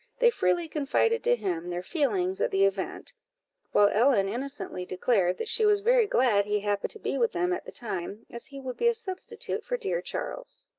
they freely confided to him their feelings at the event while ellen innocently declared that she was very glad he happened to be with them at the time, as he would be a substitute for dear charles.